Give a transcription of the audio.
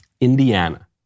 Indiana